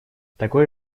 такое